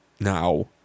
now